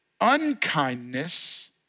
unkindness